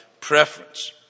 preference